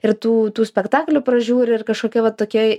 ir tų tų spektaklių pražiūri ir kažkokia va tokia